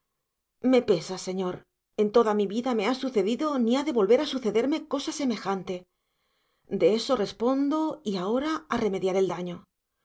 me pesa señor en toda mi vida me ha sucedido ni ha de volver a sucederme cosa semejante de eso respondo y ahora a remediar el daño